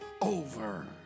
over